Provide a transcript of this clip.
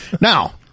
Now